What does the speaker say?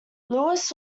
louis